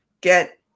get